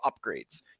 upgrades